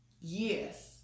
Yes